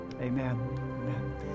amen